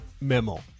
memo